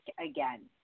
again